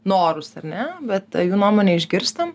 norus ar ne bet jų nuomonė išgirstam